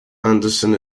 andersen